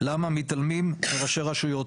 למה מתעלמים מראשי רשויות.